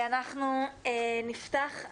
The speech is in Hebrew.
אנחנו נפתח.